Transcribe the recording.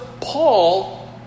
Paul